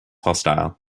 hostile